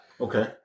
Okay